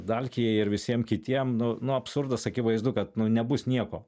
dalkijai ir visiem kitiem nu nu absurdas akivaizdu kad nebus nieko